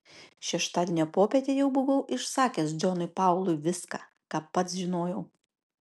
šeštadienio popietę jau buvau išsakęs džonui paului viską ką pats žinojau